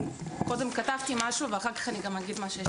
אני קודם כתבתי משהו ואחר כך אני גם אגיד את מה שיש לי.